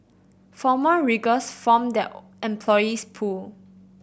former riggers form their employees pool